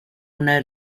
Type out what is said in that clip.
una